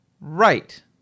Right